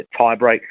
tiebreak